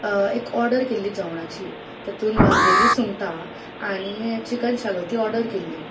एक ऑर्डर केल्ली जेवणाची तातूंत भाजलेली सुंगटा आनी चिकन शाकोती ऑर्डर केल्ली